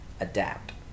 adapt